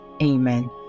Amen